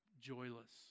joyless